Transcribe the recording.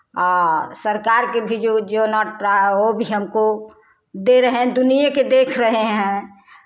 आ सरकार के भी जो जो ओ भी हमको दे रहे हैं दुनियें के देख रहे हैं